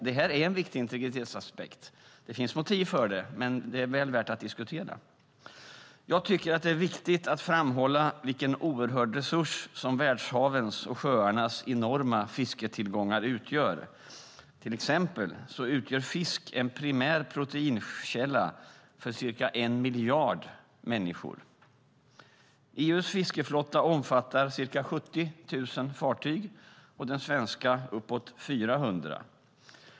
Det här är en viktig integritetsaspekt. Det finns motiv för det, men det är väl värt att diskutera. Jag tycker att det är viktigt att framhålla vilken oerhörd resurs som världshavens och sjöarnas enorma fisketillgångar utgör. Till exempel utgör fisk en primär proteinkälla för cirka en miljard människor. EU:s fiskeflotta omfattar ca 70 000 fartyg, och den svenska omfattar uppåt 400.